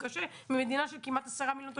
קשה במדינה של כמעט עשרה מיליון תושבים.